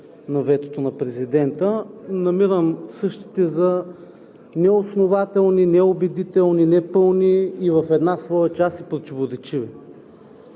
във ветото на президента. Намирам същите за неоснователни, неубедителни, непълни, а в една своя част и противоречиви.